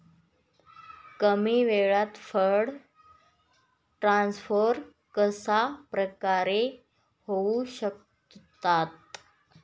कमी वेळात fund transfer कशाप्रकारे होऊ शकतात?